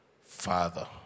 Father